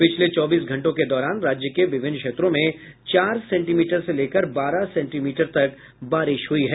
पिछले चौबीस घंटों के दौरान राज्य के विभिन्न क्षेत्रों में चार सेंटीमीटर से लेकर बारह सेंटीमीटर तक बारिश हुई है